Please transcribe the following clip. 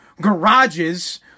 garages